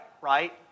right